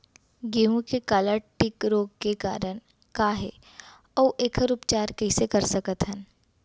गेहूँ के काला टिक रोग के कारण का हे अऊ एखर उपचार कइसे कर सकत हन?